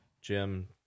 Jim